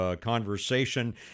conversation